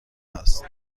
است